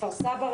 כפר סבא,